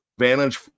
advantage